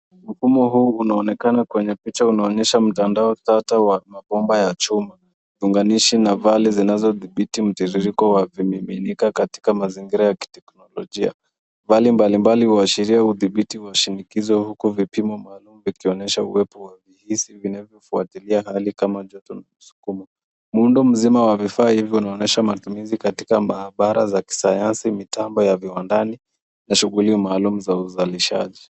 Mfumo huu unaonekana kwenye picha unaonyesha mtandao tata wa mabomba ya chuma, viunganishi na vali zinazodhibiti mtiririko wa vimiminika katika mazingira ya kiteknolojia. Vali mbalimbali huashiria udhibiti shinikizo huku vipimo maalum vikionyesha uwepo wa hisi vinayofuatilia hali kama joto na msukumo. Muundo mzima wa vifaa hivi unaonyesha matumizi katika maabara za kisayansi, mitambo ya viwandani na shughuli maalum za uzalishaji.